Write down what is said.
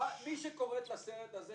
מי שקורא את הסרט הזה,